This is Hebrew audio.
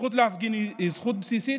הזכות להפגין היא זכות בסיסית,